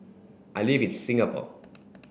I live in Singapore